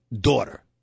daughter